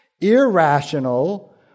irrational